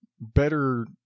better